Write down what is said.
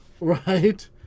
right